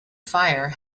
fire